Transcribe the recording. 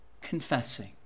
confessing